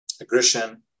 aggression